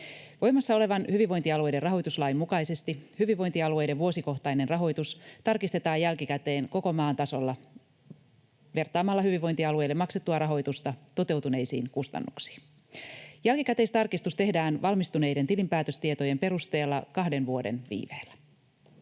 Voimassa olevan hyvinvointialueiden rahoituslain mukaisesti hyvinvointialueiden vuosikohtainen rahoitus tarkistetaan jälkikäteen koko maan tasolla vertaamalla hyvinvointialueille maksettua rahoitusta toteutuneisiin kustannuksiin. Jälkikäteistarkistus tehdään valmistuneiden tilinpäätöstietojen perusteella kahden vuoden viiveellä.